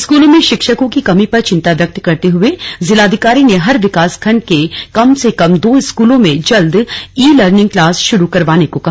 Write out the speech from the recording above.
स्कूलों में शिक्षकों की कमी पर चिंता व्यक्त करते हुए जिलाधिकारी ने हर विकास खण्ड के कम से कम दो स्कूलों में जल्द ई लर्निंग क्लॉस शुरू करवाने को कहा